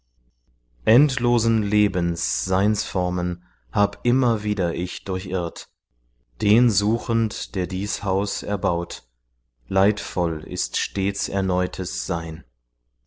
endlosen lebens seinsformen hab immer wieder ich durchirrt den suchend der dies haus erbaut leidvoll ist stets erneutes sein